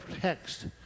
text